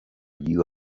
you